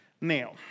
Now